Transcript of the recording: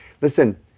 listen